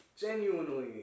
genuinely